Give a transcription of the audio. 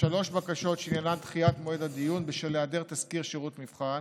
שלוש בקשות שעניינן דחיית מועד הדיון בשל היעדר תסקיר שירות מבחן.